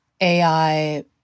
AI